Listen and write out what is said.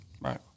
Right